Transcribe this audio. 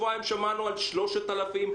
שבועיים שמענו על 3,000,